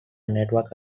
network